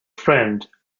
friend